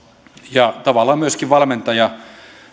ja tavallaan myöskin valmentaja